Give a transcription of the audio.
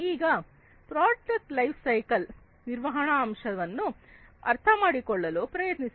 ಈಗ product life cycle ನಿರ್ವಹಣಾ ಅಂಶವನ್ನು ಅರ್ಥಮಾಡಿಕೊಳ್ಳಲು ಪ್ರಯತ್ನಿಸೋಣ